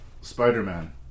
spider-man